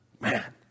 Man